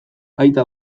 aita